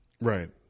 right